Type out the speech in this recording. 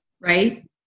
right